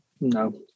No